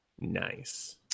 Nice